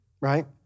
right